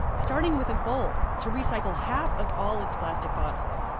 starting with a goal to recycle half of all its plastic bottles.